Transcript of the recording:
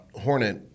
Hornet